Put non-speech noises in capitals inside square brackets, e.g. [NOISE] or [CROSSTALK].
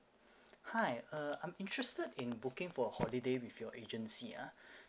hi uh I'm interested in booking for a holiday with your agency ah [BREATH]